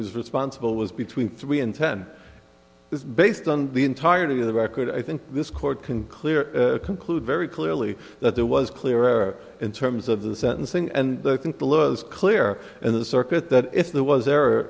was responsible was between three and ten is based on the entirety of the record i think this court can clear conclude very clearly that there was clear error in terms of the sentencing and i think the lawyers clear in the circuit if there was there